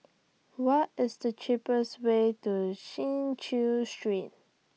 What IS The cheapest Way to Chin Chew Street